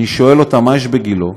אני שואל אותה: מה יש בגילה?